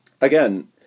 Again